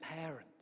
parents